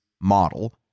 model